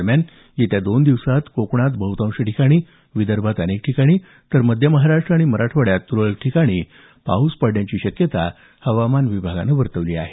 दरम्यान येत्या दोन दिवसात कोकणात बहुतांश ठिकाणी विदर्भात बऱ्याच ठिकाणी तर मध्य महाराष्ट्र आणि मराठवाड्यात तुरळक ठिकाणी पाऊस पडण्याची शक्यता हवामान विभागानं व्यक्त केली आहे